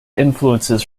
influences